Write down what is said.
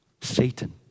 Satan